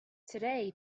today